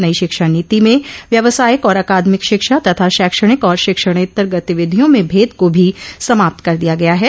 नई शिक्षा नीति में व्यावसायिक और अकादमिक शिक्षा तथा शैक्षणिक और शिक्षणेत्तर गतिविधियों में भेद को भी समाप्त कर दिया गया है